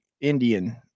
Indian